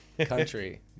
country